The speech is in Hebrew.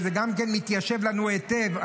וזה גם מתיישב היטב,